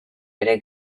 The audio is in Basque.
ere